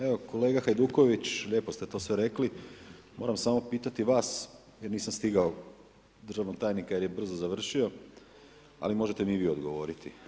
Evo kolega Hajduković, lijepo ste to sve rekli, moramo samo pitati vas jer nisam stigao državnog tajnika jer je brzo završio, ali možete mi i vi odgovoriti.